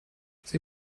sie